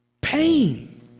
Pain